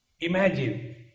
Imagine